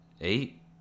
eight